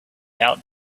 out